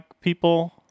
people